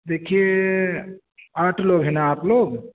دیکھیے آٹھ لوگ ہیں نا آپ لوگ